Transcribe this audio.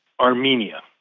Armenia